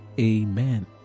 Amen